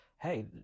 hey